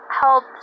help